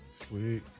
sweet